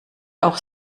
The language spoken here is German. auch